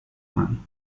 man